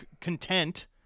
content